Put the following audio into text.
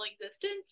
existence